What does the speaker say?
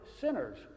sinners